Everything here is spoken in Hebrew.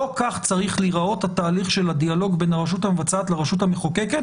לא כך צריך להיראות התהליך של הדיאלוג בין הרשות המבצעת לרשות המחוקקת